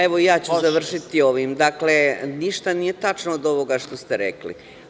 Evo, i ja ću završiti ovim, dakle, ništa nije tačno od ovoga što ste rekli.